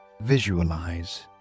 visualize